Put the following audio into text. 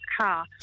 car